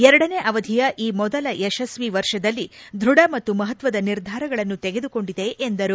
ಎರಡನೇ ಅವಧಿಯ ಈ ಮೊದಲ ಯಶಸ್ವಿ ವರ್ಷದಲ್ಲಿ ದೃಢ ಮತ್ತು ಮಹತ್ವದ ನಿರ್ಧಾರಗಳನ್ನು ತೆಗೆದುಕೊಂಡಿದೆ ಎಂದರು